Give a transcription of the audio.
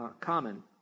common